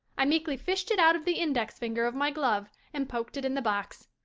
i meekly fished it out of the index finger of my glove and poked it in the box.